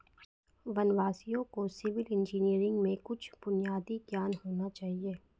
वनवासियों को civil engineering में कुछ बुनियादी ज्ञान होना चाहिए